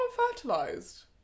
unfertilized